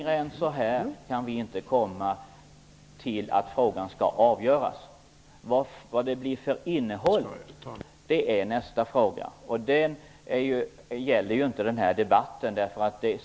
Jag menar då att vi inte kan komma längre än så här när det gäller frågans avgörande. Innehållet är nästa fråga, och det är inte vad denna debatt gäller.